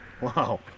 Wow